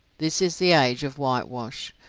this is the age of whitewash.